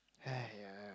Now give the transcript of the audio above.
aiyah